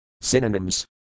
Synonyms